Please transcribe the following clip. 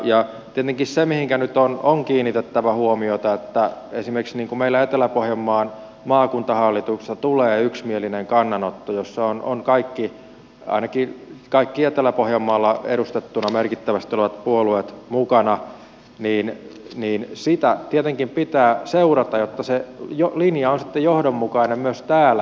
tietenkin se mihinkä nyt on kiinnitettävä huomiota on että kun esimerkiksi meillä etelä pohjanmaan maakuntahallitukselta tulee yksimielinen kannanotto jossa ovat kaikki ainakin kaikki etelä pohjanmaalla merkittävästi edustettuna olevat puolueet mukana niin sitä tietenkin pitää seurata jotta se linja on sitten johdonmukainen myös täällä